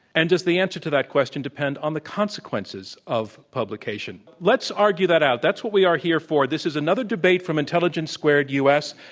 and does the answer to that question depend on the consequences of publication? well, let's argue that out. that's what we are here for. this is another debate from intelligence squared u. s.